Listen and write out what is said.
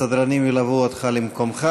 הסדרנים ילוו אותך למקומך.